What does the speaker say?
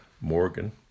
Morgan